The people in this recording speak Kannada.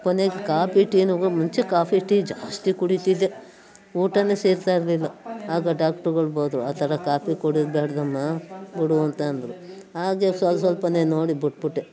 ಕೊನೆಗೆ ಕಾಪಿ ಟೀಗೂ ಮುಂಚೆ ಕಾಫಿ ಟೀ ಜಾಸ್ತಿ ಕುಡೀತಿದ್ದೆ ಊಟನೆ ಸೇರ್ತಾಯಿರ್ಲಿಲ್ಲ ಆಗ ಡಾಕ್ಟ್ರುಗಳು ಬೈದ್ರು ಆ ಥರ ಕಾಫಿ ಕುಡಿಬಾರದಮ್ಮ ಬಿಡು ಅಂತ ಅಂದರು ಹಾಗೆ ಸ್ವಲ್ಪನೆ ನೋಡಿ ಬಿಟ್ಬಿಟ್ಟೆ